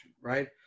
right